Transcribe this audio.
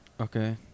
Okay